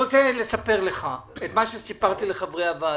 לספר לך את מה שסיפרתי לחברי הוועדה.